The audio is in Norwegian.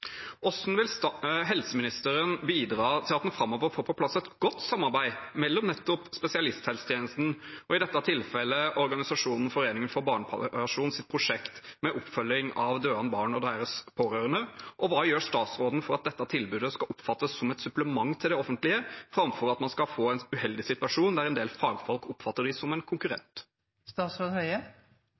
vil helseministeren bidra til at en framover får på plass et godt samarbeid mellom nettopp spesialisthelsetjenesten og – i dette tilfellet – organisasjonen Foreningen for barnepalliasjons prosjekt med oppfølging av døende barn og deres pårørende? Og hva gjør statsråden for at dette tilbudet skal oppfattes som et supplement til det offentlige, framfor at en skal få en uheldig situasjon der en del fagfolk oppfatter dem som en